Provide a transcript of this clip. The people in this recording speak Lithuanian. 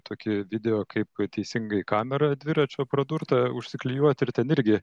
tokį video kaip teisingai kamerą dviračio pradurtą užsiklijuot ir ten irgi